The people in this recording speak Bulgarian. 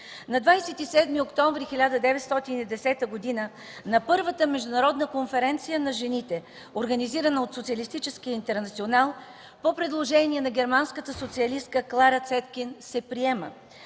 На 27 октомври 1910 г. на първата Международна конференция на жените, организирана от Социалистическия интернационал, по предложение на германската социалистка Клара Цеткин се приема